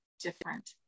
different